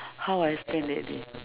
how I spend that day